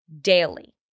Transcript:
daily